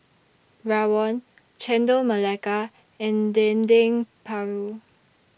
Rawon Chendol Melaka and Dendeng Paru